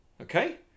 Okay